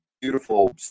beautiful